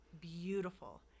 beautiful